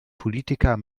politiker